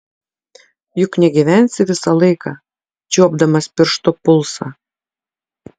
juk negyvensi visą laiką čiuopdamas pirštu pulsą